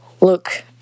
look